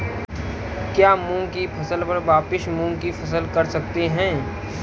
क्या मूंग की फसल पर वापिस मूंग की फसल कर सकते हैं?